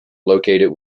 located